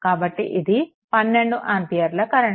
కాబట్టి ఇది 12 ఆంపియర్ల కరెంట్